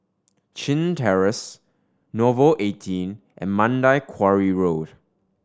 Chin Terrace Nouvel Eighteen and Mandai Quarry Road